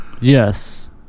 Yes